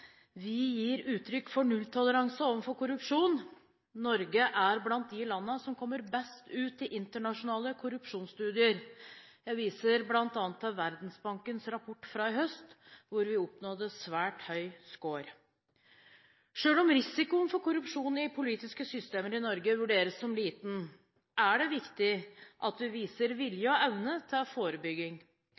Vi gir uttrykk for nulltoleranse overfor korrupsjon. Norge er blant de land som kommer best ut i internasjonale korrupsjonsstudier. Jeg viser bl.a. til Verdensbankens rapport fra i høst, hvor vi oppnådde svært høy score. Selv om risikoen for korrupsjon i politiske systemer i Norge vurderes som liten, er det viktig at vi viser vilje og evne til forebygging.